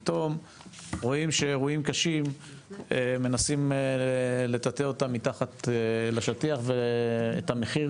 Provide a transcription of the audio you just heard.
פתאום רואים שאירועים קשים מנסים לטאטא אותם מתחת לשטיח ואת המחיר